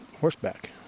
horseback